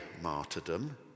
martyrdom